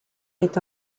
est